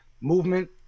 movement